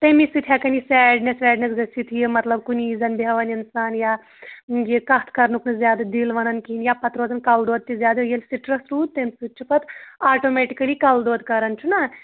تٔمی سۭتۍ ہیٚکَن یہِ سیڈنیٚس ویڈنیٚس گٔژھِتھ یہِ مطلب کُنی زٔنۍ بیٚہوان اِنسان یا یہِ کَتھ کَرنُک نہٕ زیادٕ دِل وَنان کِہیٖنٛۍ یا پَتہٕ روزان کَلہٕ دود تہِ زیادٕ ییٚلہِ سٕٹرٛس روٗد تَمہِ سۭتۍ چھِ پَتہٕ آٹومیٹِکٔلی کَلہٕ دود کَران چھُنا